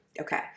Okay